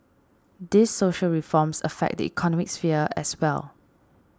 these social reforms affect the economic sphere as well